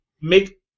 make